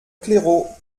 claireaux